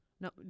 no